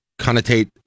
connotate